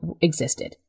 existed